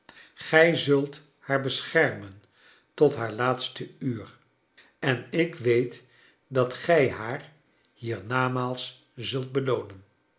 gij zult haar beschermen tot haar laatste uur en ik weet dat gij haar hiernamaals zult beloonen